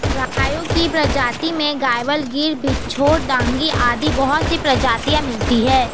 गायों की प्रजाति में गयवाल, गिर, बिच्चौर, डांगी आदि बहुत सी प्रजातियां मिलती है